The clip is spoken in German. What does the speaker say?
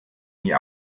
nie